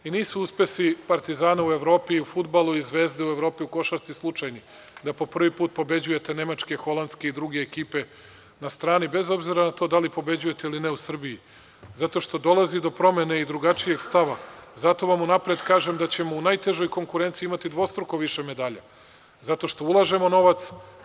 Nisu uspesi Partizana u Evropi u fudbalu i Zvezde u Evropi u košarci slučajni, da po prvi put pobeđujete nemačke, holandske i druge ekipe, na strani bez obzira na to da li pobeđujete ili ne u Srbiji, zato što dolazi do promene i drugačijeg stava, zato vam unapred kažem da ćemo u najtežoj konkurenciji imati dvostruko više medalja zato što ulažemo novac.